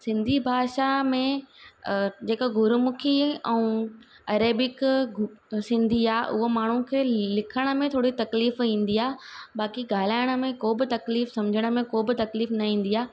सिंधी भाषा में अ जेका गुरमुखी ऐं अरेबिक सिंधी आहे हूअ माण्हू खे लिखण में थोरी तकलीफ़ ईंदी आहे बाक़ी ॻाल्हाइण में कोई बि तकलीफ़ सम्झण में कोई बि तकलीफ़ न ईंदी आहे